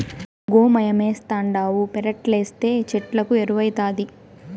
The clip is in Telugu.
గోమయమేస్తావుండావు పెరట్లేస్తే చెట్లకు ఎరువౌతాది